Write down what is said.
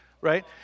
right